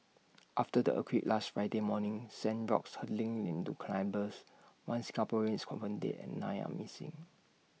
after the earthquake last Friday morning sent rocks hurtling into climbers one Singaporean is confirmed dead and nine are missing